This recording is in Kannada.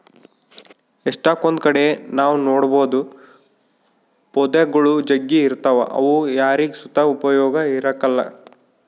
ಎಷ್ಟಕೊಂದ್ ಕಡೆ ನಾವ್ ನೋಡ್ಬೋದು ಪೊದೆಗುಳು ಜಗ್ಗಿ ಇರ್ತಾವ ಅವು ಯಾರಿಗ್ ಸುತ ಉಪಯೋಗ ಇರಕಲ್ಲ